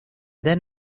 then